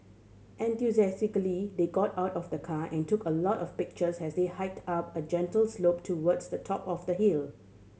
enthusiastically they got out of the car and took a lot of pictures as they hiked up a gentle slope towards the top of the hill